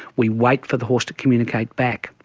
we wait for the horse to communicate back,